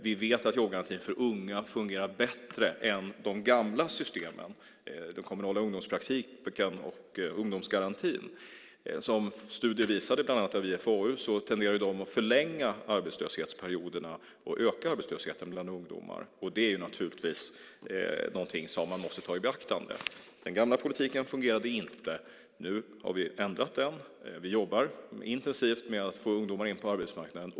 Vi vet att jobbgarantin för unga har fungerat bättre än de gamla systemen, den kommunala ungdomspraktiken och ungdomsgarantin. Som bland annat en studie av IFAU visade tenderar de att förlänga arbetslöshetsperioderna och öka arbetslösheten bland ungdomar. Det är naturligtvis någonting som man måste ta i beaktande. Den gamla politiken fungerade inte. Nu har vi ändrat den. Vi jobbar intensivt med att få ungdomar in på arbetsmarknaden.